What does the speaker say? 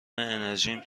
انرژیم